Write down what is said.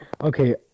Okay